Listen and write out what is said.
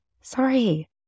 Sorry